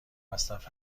مصرف